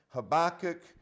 Habakkuk